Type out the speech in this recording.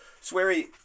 Sweary